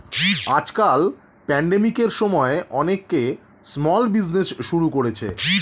আজকাল প্যান্ডেমিকের সময়ে অনেকে স্মল বিজনেজ শুরু করেছে